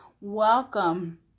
welcome